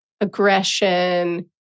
aggression